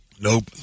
Nope